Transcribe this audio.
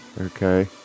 Okay